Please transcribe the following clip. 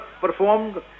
performed